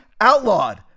outlawed